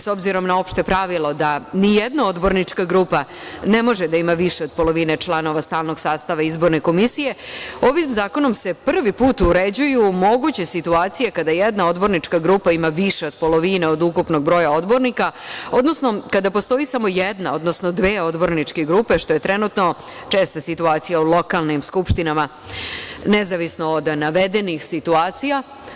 S obzirom na opšte pravilo da nijedna odbornička grupa ne može da ima više od polovine članova stalnog sastava izborne komisije ovim zakonom se prvi put uređuju moguće situacije kada jedna odbornička grupa ima više od polovine od ukupnog broja odbornika, odnosno kada postoji samo jedna, odnosno dve odborničke grupe što je trenutno česta situacija u lokanim skupštinama, nezavisno od navedenih situacija.